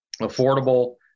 affordable